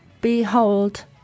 behold